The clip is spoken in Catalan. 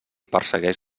persegueix